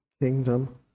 Kingdom